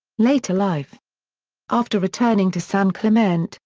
later life after returning to san clemente,